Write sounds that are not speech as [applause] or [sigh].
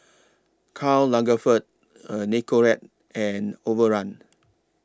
Karl Lagerfeld [hesitation] Nicorette and Overrun